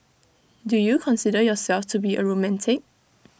do you consider yourself to be A romantic